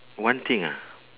one thing ah